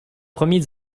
premier